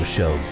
Show